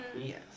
Yes